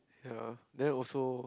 ya then also